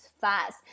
fast